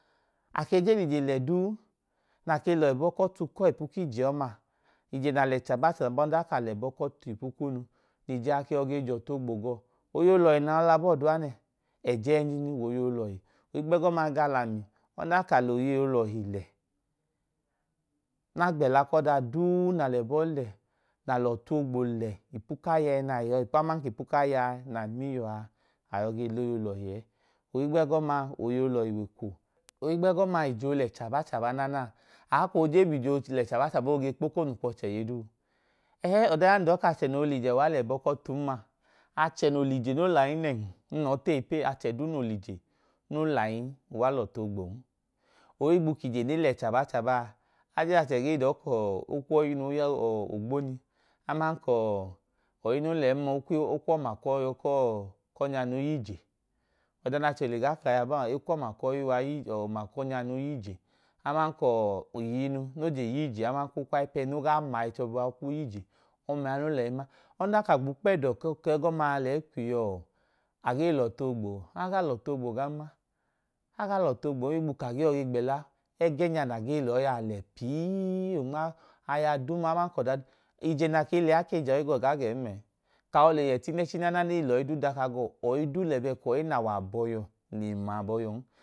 Ake je lije le ọduu nake lebọ kọtu kọọ ipuk ije oma ije na lẹ chaba chaba ọdan ka lẹbọ k’ọtu ipukuna n’ije ke yọ ge jọtu ogbogọ, oyeyi olohi na yọ labọ duuane. Ejenjinu w’oyeyi olọhi ohigbegọma ga lami ọdan ka lọyei olọhi lẹ nagbẹla kọdadun na lebọ lẹ na lọtu ogbo le ipukaya ẹna yọi ipu aman k’ipu kayaena miọa ayọ ge loyeyi olohi eeh. Ohigbegọma, oyeyi olọhi w’eko, ohigbeboma ije o lẹ chaba chaba nana aakoojee k’ije olẹ chaba chaba oge kpokonu kwọ chẹ iye duu ẹhẹ ọdan ya nun dọọ k’achẹ no lye a uwa lẹbọ kọtunma, ache noo lije no layin nẹẹn. N lọọ t’eyi pee achẹ duu no liye no layin uwa lọtu ogbon ohigbu kije ne le chaba chaba ajeyan achẹ ge dọọ kọọọkwoyi nuu ya ọ ogboni aman kọyi no lẹn no len ma okwọ ma kọ kọ konganu yije, ọda na cho hili ga kaa yabọọ a ekwọọ ma oyi wa yi, oma k’ọnyanuu yije aman kọọ iyinu noje yije a aman ko kwaipe no ga ma ẹchọbu a iyije ọmaya no lẹẹma. Ọdan ka gboo kpẹdo kọ kẹgọma leyi kwiiyọọ a gelọtu oogboo aga lọtu ogbo ganma aga lọtu ogbon higbu ka ge yọi gbela ẹgẹnya na ge loyi a le pii onma aya duma aman du ije nake lẹa ike joyi gaa gagemmee. Kaoleyẹ t’unẹchi nana ne loyi doka go, oji du lẹbẹ ko̱yi nawọ abohiọ le ma abọiyọn.